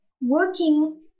working